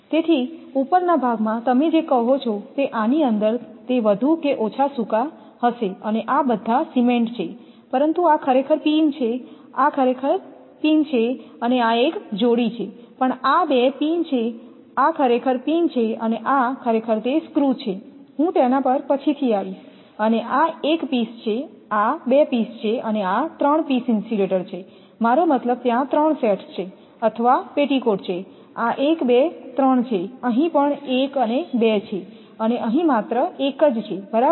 તેથી ઉપરના ભાગમાં તમે જે કહો છો તે આની અંદર તે વધુ કે ઓછા સૂકા હશે અને આ બધા સિમેન્ટ છે પરંતુ આ ખરેખર પિન છે આ ખરેખર પિન છે આ એક જોડી છે પણ આ 2 પીન છે આ ખરેખર પિન છે અને આ ખરેખર તે સ્ક્રુ છે હું તેના પર પછી થી આવીશ અને આ 1 પીસ છે આ 2 પીસ છે અને આ 3 પીસ ઇન્સ્યુલેટર છે મારો મતલબ ત્યાં 3 સેટ્સ છે અથવા પેટીકોટ છે આ 1 2 3 છે અહીં પણ 1 2 છે અને અહીં માત્ર 1 જ છે બરાબર